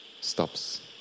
Stops